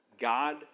God